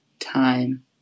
time